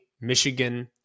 Michigan